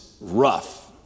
rough